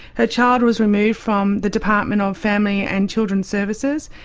her child was removed from the department of family and children's services,